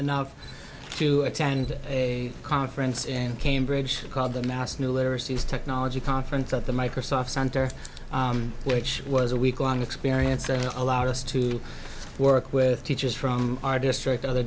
enough to attend a conference and cambridge called the national literacy is technology conference at the microsoft center which was a week long experience there allows us to work with teachers from our district other